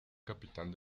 capitán